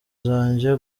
zanjye